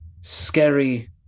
scary